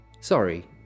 sorry